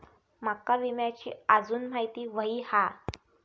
माका विम्याची आजून माहिती व्हयी हा?